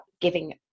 giving